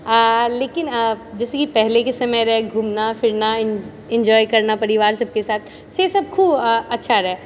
लेकिन जइसे कि पहलेके समय रहै घूमना फिरना इन इन्जोय करना परिवार सबके साथ से सब खूब अच्छा रहै